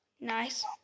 nice